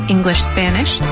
English-Spanish